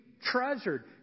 treasured